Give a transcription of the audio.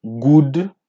good